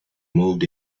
moved